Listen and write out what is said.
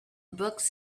books